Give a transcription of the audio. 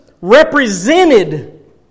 represented